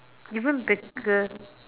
even bigger